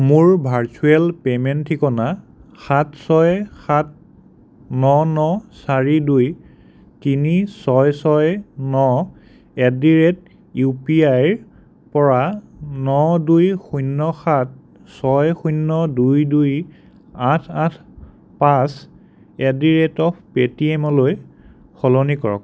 মোৰ virtual payment ঠিকনা সাত ছয় সাত ন ন চাৰি দুই তিনি ছয় ছয় ন at the rate U P আইৰ পৰা ন দুই শূন্য সাত ছয় শূন্য দুই দুই আঠ আঠ পাঁচ এট দি ৰেট অফ পে'টিএমলৈ সলনি কৰক